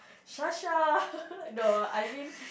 Sha-sha no I mean